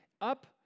up